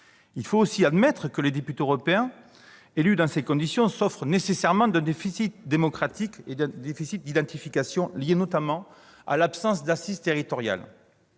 Il faut aussi admettre que les députés européens élus dans ces conditions souffrent nécessairement d'un déficit démocratique et d'un déficit d'identification lié notamment à leur absence d'assise territoriale.